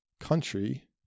country